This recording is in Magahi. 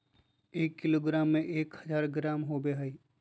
एक किलोग्राम में एक हजार ग्राम होबो हइ